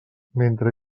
mentre